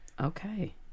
Okay